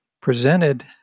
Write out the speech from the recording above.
presented